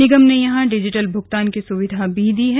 निगम ने यहां डिजिटल भुगतान की सुविधा भी दी है